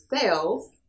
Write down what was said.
sales